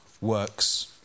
works